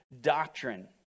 doctrine